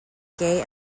gay